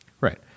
right